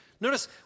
Notice